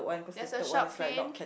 there's a shark fin